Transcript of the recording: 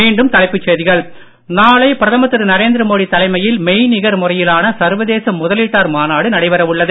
மீண்டும் தலைப்புச் செய்திகள் நாளை பிரதமர் திரு நரேந்திர மோடி தலைமையில் மெய்நிகர் முறையிலான சர்வதேச முதலீட்டாளர் மாநாடு நடைபெற உள்ளது